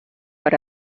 per